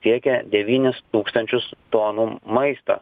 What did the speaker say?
siekia devynis tūkstančius tonų maisto